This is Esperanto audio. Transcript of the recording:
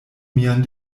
mian